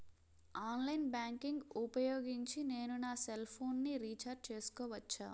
Online banking ఊపోయోగించి నేను నా సెల్ ఫోను ని రీఛార్జ్ చేసుకోవచ్చా?